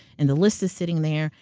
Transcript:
and the list is sitting there.